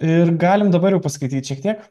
ir galim dabar jau paskaityt šiek tiek